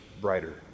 brighter